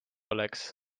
oleks